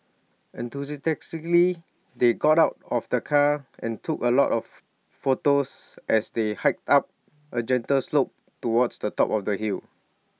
enthusiastically they got out of the car and took A lot of photos as they hiked up A gentle slope towards the top of the hill